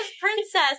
Princess